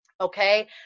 okay